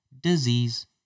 disease